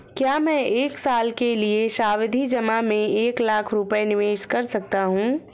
क्या मैं एक साल के लिए सावधि जमा में एक लाख रुपये निवेश कर सकता हूँ?